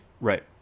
Right